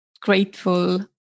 grateful